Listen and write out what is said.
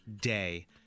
day